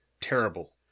terrible